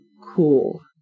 cool